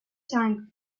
tank